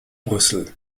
brüssel